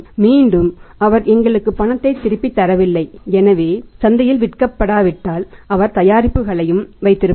மீண்டும் அவர் எங்களுக்கு பணத்தை திருப்பித் தரவில்லை எனவே சந்தையில் விற்கப்படாவிட்டால் அவர் தயாரிப்புகளையும் வைத்திருப்பார்